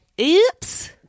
oops